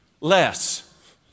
less